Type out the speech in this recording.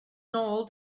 nôl